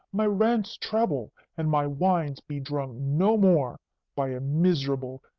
my rents treble, and my wines be drunk no more by a miserable,